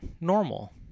Normal